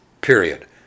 period